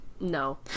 no